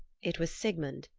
it was sigmund,